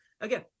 again